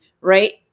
right